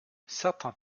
certains